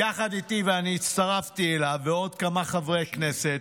יחד איתי, אני הצטרפתי אליו, ועוד כמה חברי כנסת,